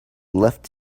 left